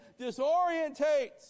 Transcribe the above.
disorientates